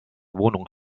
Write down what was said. wohnung